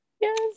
Yes